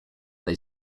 they